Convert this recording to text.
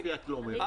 אף יד לא מורמת.